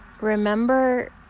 Remember